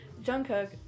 Jungkook